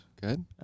Good